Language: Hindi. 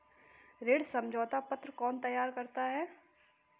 ऋण समझौता पत्र कौन तैयार करता है?